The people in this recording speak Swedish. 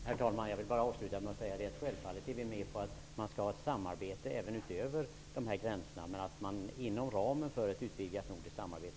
Herr talman! Jag vill bara avsluta med att säga att vi självfallet är med på att man skall ha ett samarbete även utöver gränserna. Men man kan ändå pröva den här modellen inom ramen för ett utvidgat nordiskt samarbete.